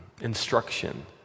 instruction